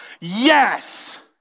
Yes